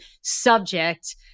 subject